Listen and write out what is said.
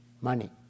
money